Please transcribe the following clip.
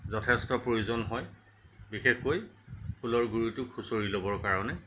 যথেষ্ট প্ৰয়োজন হয় বিশেষকৈ ফুলৰ গুৰিটো খুচৰি ল'বৰ কাৰণে